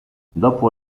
dopo